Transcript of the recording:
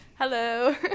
Hello